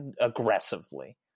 aggressively